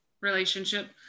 relationship